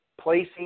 placing